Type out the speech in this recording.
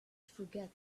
forget